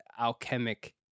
alchemic